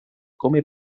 come